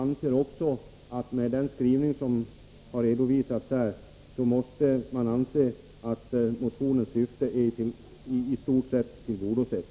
Med den skrivning som här har redovisats måste man anse att motionens syfte är i stort sett tillgodosett.